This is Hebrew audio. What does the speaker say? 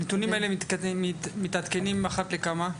הנתונים האלה מתעדכנים אחת לכמה זמן?